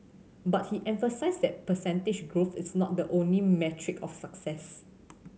but he emphasised that percentage growth is not the only metric of success